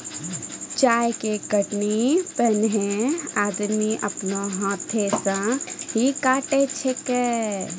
चास के कटनी पैनेहे आदमी आपनो हाथै से ही काटै छेलै